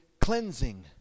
cleansing